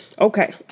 okay